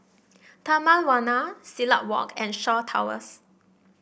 Taman Warna Silat Walk and Shaw Towers